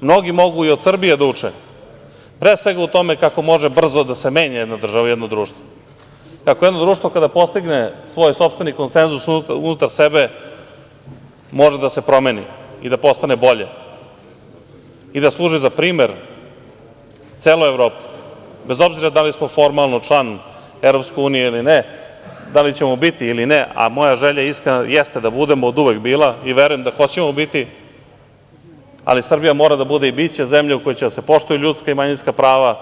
Mnogi mogu i od Srbije da uče, pre svega u tome kako može brzo da se menja jedna država, jedno društvo, kako jedno društvo kada postigne svoj sopstveni konsenzus unutar sebe može da se promeni i da postane bolje i da služi za primer celoj Evropi, bez obzira da li smo formalno član EU ili ne, da li ćemo biti ili ne, a moja želja iskrena jeste da budemo, oduvek bila i verujem da hoćemo biti, ali Srbija mora da bude i biće zemlja u kojoj će da se poštuju ljudska i manjinska prava,